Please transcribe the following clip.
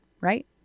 right